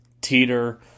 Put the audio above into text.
Teeter